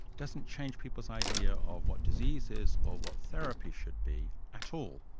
doesn't change people's idea of what disease is or what therapy should be at all.